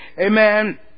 Amen